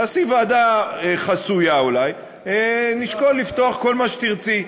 תעשי ועדה חסויה, אולי, נשקול לפתוח כל מה שתרצי.